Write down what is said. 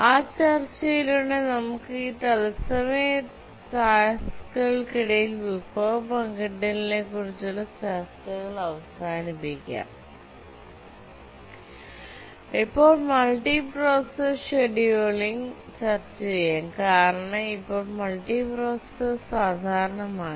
ആ ചർച്ചയിലൂടെ നമുക്ക് തത്സമയ ടാസ്ക്കുകൾക്കിടയിൽ വിഭവ പങ്കിടലിനെക്കുറിച്ചുള്ള ചർച്ചകൾ അവസാനിപ്പിക്കാം ഇപ്പോൾ മൾട്ടിപ്രൊസസ്സർ ഷെഡ്യൂളിംഗ് ചർച്ചചെയ്യാം കാരണം ഇപ്പോൾ മൾട്ടിപ്രൊസസ്സർ സാധാരണമാണ്